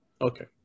Okay